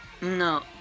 No